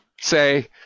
say